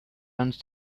runs